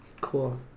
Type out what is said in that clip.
cool